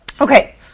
Okay